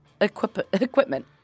equipment